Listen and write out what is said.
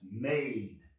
made